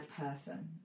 person